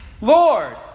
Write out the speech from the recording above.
Lord